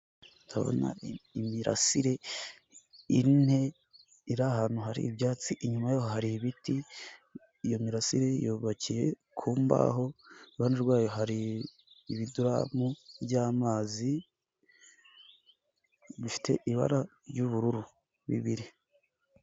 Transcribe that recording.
Ndabona imirasire ine iri ahantu hari ibyatsi, inyuma yaho hari ibiti, iyo mirasire yubakiye ku mbaho, iruhande rwayo hari ibiduramu by'amazi bifite ibara ry'ubururu bibiri.